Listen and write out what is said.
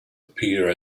appear